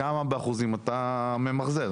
כמה באחוזים אתה ממחזר.